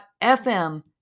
FM